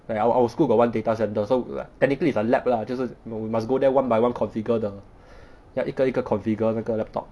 like our our school got one data centre so like technically it's a laboratory lah 就是 we must go there one by one configure the 要一个一个 configure 那个 laptop